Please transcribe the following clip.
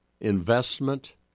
investment